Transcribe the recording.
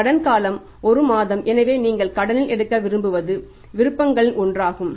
கடன் காலம் ஒரு மாதம் எனவே நீங்கள் கடனில் எடுக்க விரும்புவதும் விருப்பங்களில் ஒன்றாகும்